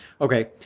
Okay